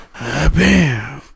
bam